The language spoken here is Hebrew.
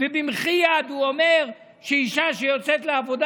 ובמחי יד הוא אומר שאישה שיוצאת לעבודה